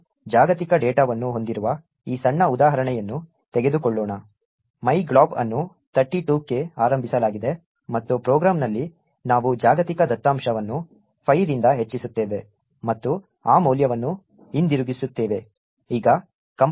ನಮ್ಮ ಜಾಗತಿಕ ಡೇಟಾವನ್ನು ಹೊಂದಿರುವ ಈ ಸಣ್ಣ ಉದಾಹರಣೆಯನ್ನು ತೆಗೆದುಕೊಳ್ಳೋಣ myglob ಅನ್ನು 32 ಕ್ಕೆ ಆರಂಭಿಸಲಾಗಿದೆ ಮತ್ತು ಪ್ರೋಗ್ರಾಂನಲ್ಲಿ ನಾವು ಜಾಗತಿಕ ದತ್ತಾಂಶವನ್ನು 5 ರಿಂದ ಹೆಚ್ಚಿಸುತ್ತೇವೆ ಮತ್ತು ಆ ಮೌಲ್ಯವನ್ನು ಹಿಂದಿರುಗಿಸುತ್ತೇವೆ